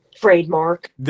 trademark